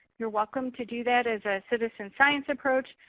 you're welcome to do that as a citizen-science approach.